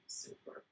super